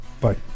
Bye